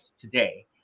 today